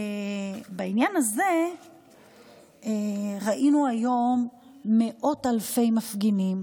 בעניין הזה ראינו היום מאות אלפי מפגינים.